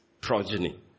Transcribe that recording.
progeny